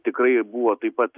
tikrai buvo taip pat